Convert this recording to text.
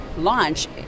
launch